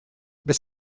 beth